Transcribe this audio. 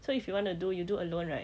so if you want to do you do alone right